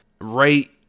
right